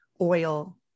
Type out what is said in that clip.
oil